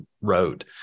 wrote